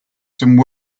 some